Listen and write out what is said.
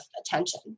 attention